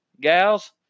gals